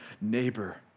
neighbor